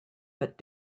but